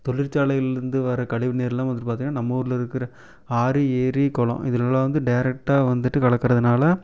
தொழிற்சாலையில் இருந்து வர்ற கழிவுநீர்லாம் வந்துவிட்டு பார்த்தீங்கனா நம்ம ஊரில் இருக்கிற ஆறு ஏரி குளம் இதுலலாம் வந்து டேரெக்ட்டாக வந்துவிட்டு கலக்குறதுனால